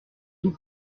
tout